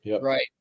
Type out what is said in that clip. Right